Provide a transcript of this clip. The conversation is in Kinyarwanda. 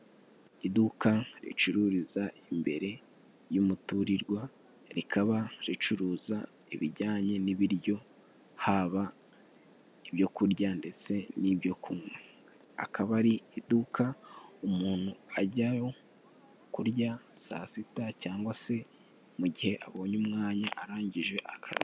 Iduka ricururiza imbere y'umuturirwa rikaba ricuruza ibijyanye n'ibiryo haba ibyo kurya ndetse n'ibyo kunywa akaba ari iduka umuntu ajyayo kurya saa sita cyangwa se mu gihe abonye umwanya arangije akazi.